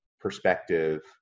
perspective